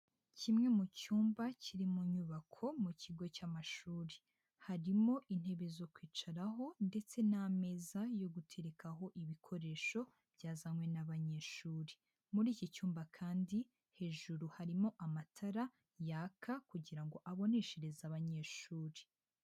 Kimwe mu cyumba kiri mu nyubako mu kigo cy'amashuri, harimo intebe zo kwicaraho ndetse n'ameza yo guterekaho ibikoresho byazanywe n'abanyeshuri, muri iki cyumba kandi hejuru harimo amatara yaka kugira ngo aboneshereze abanyeshuri.